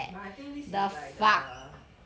but I think is like the